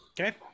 Okay